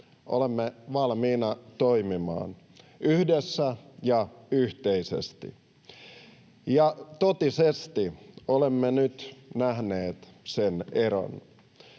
olemme valmiina toimimaan yhdessä ja yhteisesti, ja totisesti olemme nyt nähneet sen eron.